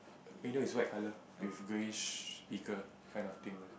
radio is white colour which greyish speaker kind of thing lah